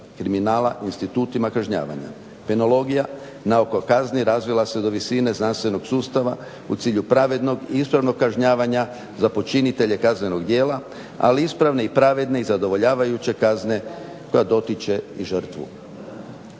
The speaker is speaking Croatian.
kriminala, institutima kažnjavanja. Penologija na oko kazni razvila se do visine znanstvenog sustava u cilju pravednog i ispravnog kažnjavanja za počinitelje kaznenog djela ali ispravne i pravedne i zadovoljavajuće kazne koja dotiče i žrtvu.